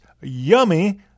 yummy